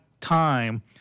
time